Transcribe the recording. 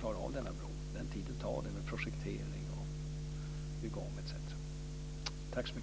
klara av denna bro. Det är den tid det tar med projektering, ombyggnad etc.